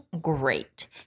great